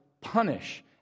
punish